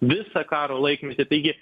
visą karo laikmetį taigi